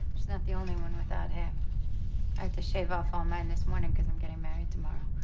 she's not the only one without hair. i had to shave off all mine this morning cause i'm getting married tomorrow.